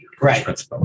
right